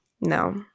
No